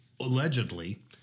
allegedly